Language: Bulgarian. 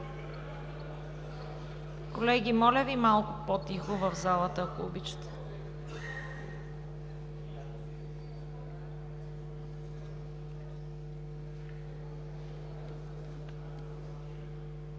Колеги, моля Ви малко по-тихо в залата, ако обичате!